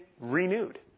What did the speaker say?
renewed